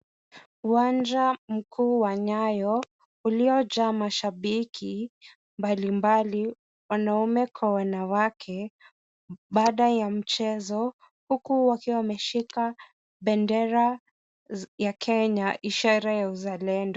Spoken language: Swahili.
Uwanja mkuu wa Nyayo uliojaa mashabiki mbalimbali wanaume kwa wanawake huku baada ya mchezo huku wakiwa wameshika bendera ya Kenya kwa ishara ya uzalendo.